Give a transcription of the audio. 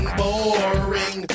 boring